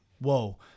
Whoa